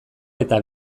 eta